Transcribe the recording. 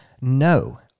No